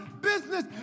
business